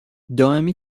دائمی